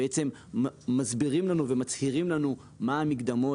שמסבירים לנו ומצהירים לנו מה המקדמות